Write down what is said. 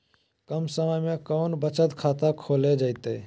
कम समय में कौन बचत खाता खोले जयते?